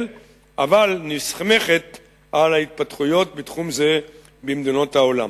אבל נסמכת על ההתפתחויות בתחום זה במדינות העולם.